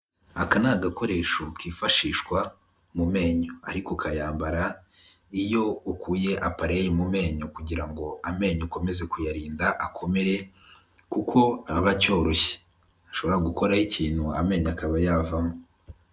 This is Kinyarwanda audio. Aka ni agakoresho kifashishwa mu menyo, ariko ukayambara iyo ukuye apareye mu menyo kungora ngo amenyo ukomeze kuyarinda akomere, kuko aba acyoroshye hashobora gukoraho ikintu amenyo akaba yavamo.